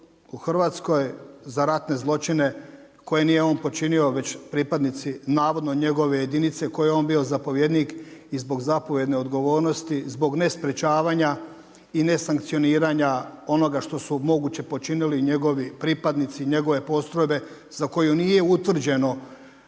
u Hrvatskoj za ratne zločine koji nije on počinio već pripadnici, navodno njegove jedinice koje je on bio zapovjednik i zbog zapovjedne odgovornosti, zbog nesprečavanja i nesankcioniranja onoga što moguće počinili njegovi pripadnici njegove postrojbe za koju nije utvrđeno